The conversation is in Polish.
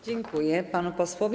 Dziękuję panu posłowi.